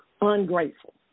Ungrateful